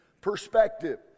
perspective